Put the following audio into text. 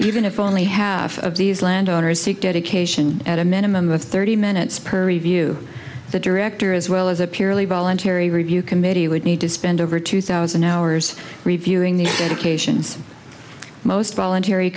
even if only half of these landowners seek dedication at a minute in the thirty minutes per review the director as well as a purely voluntary review committee would need to spend over two thousand hours reviewing the dedications most voluntary